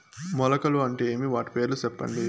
మొలకలు అంటే ఏమి? వాటి పేర్లు సెప్పండి?